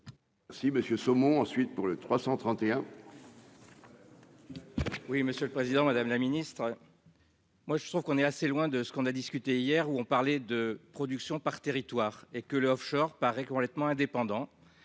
Si Monsieur saumon ensuite pour les 331. Oui, monsieur le Président, Madame la Ministre. Moi je trouve qu'on est assez loin de ce qu'on a discuté hier où on parlé de production par territoire et que l'Offshore paraît complètement indépendant